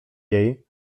jej